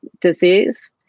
disease